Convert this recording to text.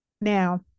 now